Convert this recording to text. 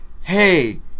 hey